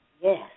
Yes